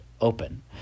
open